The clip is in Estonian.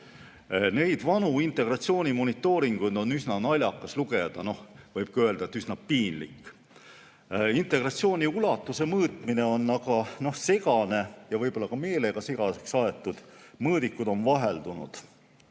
Neid vanu integratsioonimonitooringuid on üsna naljakas lugeda või võib öelda, et üsna piinlik. Integratsiooni ulatuse mõõtmine on segane ja võib-olla on see ka meelega segaseks aetud. Mõõdikud on vaheldunud.